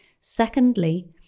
Secondly